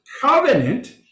covenant